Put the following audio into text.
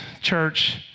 church